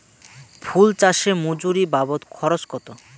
ফুল চাষে মজুরি বাবদ খরচ কত?